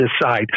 decide